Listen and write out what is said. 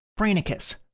Brainicus